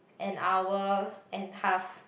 an hour and half